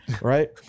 right